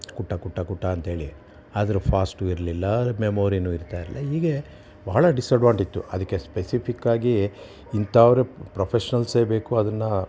ಕುಟ್ಟ ಕುಟ್ಟ ಕುಟ್ಟಾ ಅಂಥೇಳಿ ಆದ್ರೆ ಫಾಸ್ಟು ಇರಲಿಲ್ಲ ಮೆಮೋರಿನು ಇರ್ತಾಯಿಲ್ಲ ಹೀಗೆ ಬಹಳ ಡಿಸ್ಅಡ್ವಾಂಟ್ ಇತ್ತು ಅದಕ್ಕೆ ಸ್ಪೆಸಿಫಿಕ್ಕಾಗಿ ಇಂಥವ್ರ ಪ್ರೊಫೆಶ್ನಲ್ಸೇ ಬೇಕು ಅದನ್ನು